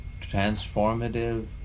transformative